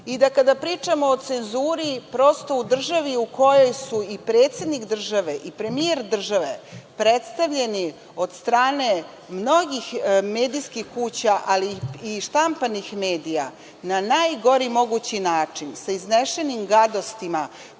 oblasti. Kada pričamo o cenzuri, prosto, u državi u kojoj su i predsednik države i premijer države predstavljeni od strane mnogih medijskih kuća, ali i štampanih medija, na najgori mogući način, sa iznešenim gadostima